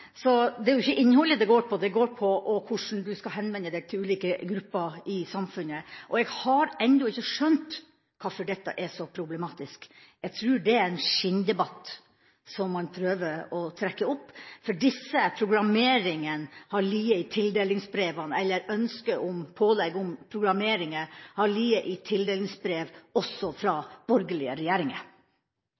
Det er jo ikke innholdet det går på, det går på hvordan man skal henvende seg til ulike grupper i samfunnet. Jeg har ennå ikke skjønt hvorfor dette er så problematisk. Jeg tror det er en skinndebatt man prøver å trekke opp, for ønsket om pålegg om programmeringer har ligget i tildelingsbrev også fra borgerlige regjeringer.